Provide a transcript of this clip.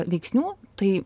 veiksnių tai